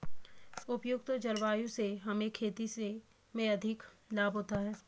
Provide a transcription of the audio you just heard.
उपयुक्त जलवायु से हमें खेती में अधिक लाभ होता है